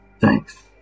Thanks